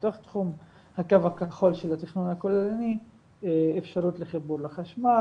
בתוך תחום הקו הכחול של התכנון הכוללני אפשרות לחיבור לחשמל,